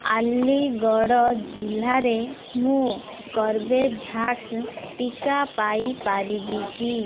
ଆଲିଗଡ଼ ଜିଲ୍ଲାରେ ମୁଁ କର୍ବେଭ୍ୟାକ୍ସ ଟିକା ପାଇଁ ପାରିବି କି